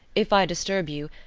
if i disturb you,